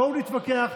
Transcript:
בואו נתווכח,